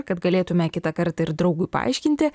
kad galėtume kitą kartą ir draugui paaiškinti